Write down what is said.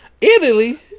Italy